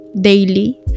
daily